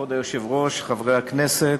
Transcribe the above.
כבוד היושב-ראש, חברי הכנסת,